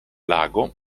lago